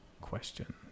question